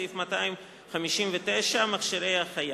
סעיף 259 (מכשירי החייאה).